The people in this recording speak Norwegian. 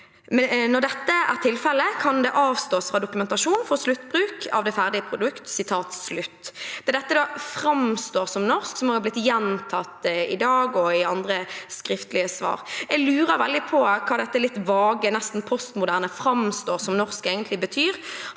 Når dette er tilfelle, kan det avstås fra dokumentasjon for sluttbruk av det ferdige produkt». Det er «fremstår som norsk» som har blitt gjentatt i dag og i andre skriftlige svar. Jeg lurer veldig på hva dette litt vage, nesten postmoderne «fremstår som norsk» egentlig betyr.